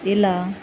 ఇలా